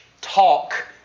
talk